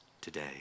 today